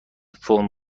فرم